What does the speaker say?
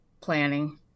planning